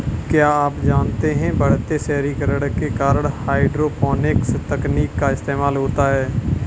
क्या आप जानते है बढ़ते शहरीकरण के कारण हाइड्रोपोनिक्स तकनीक का इस्तेमाल होता है?